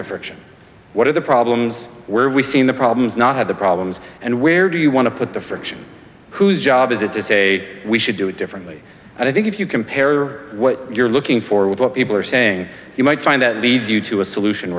friction what are the problems where we've seen the problems not have the problems and where do you want to put the friction whose job is it to say we should do it differently and i think if you compare what you're looking for with what people are saying you might find that leads you to a solution